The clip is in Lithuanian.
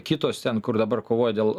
kitos ten kur dabar kovoja dėl